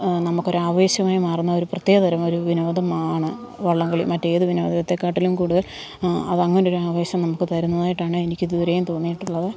നമുക്കൊരാവേശമായി മാറുന്ന ഒരു പ്രത്യേകതരം ഒരു വിനോദമാണ് വള്ളംകളി മറ്റേതു വിനോദത്തെക്കാട്ടിലും കൂടുതൽ അതങ്ങനൊരാവേശം നമുക്ക് തരുന്നതായിട്ടാണ് എനിക്ക് ഇതുവരെയും തോന്നിയിട്ടുള്ളത്